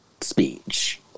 speech